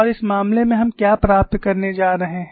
और इस मामले में हम क्या प्राप्त करने जा रहे हैं